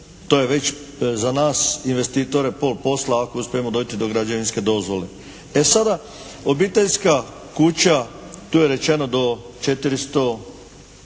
to je već za nas investitore pol posla ako uspijemo dojti do građevinske dozvole. E sad, obiteljska kuća, tu je rečeno do 400